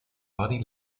body